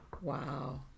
wow